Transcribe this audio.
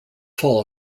fall